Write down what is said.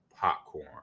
popcorn